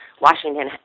Washington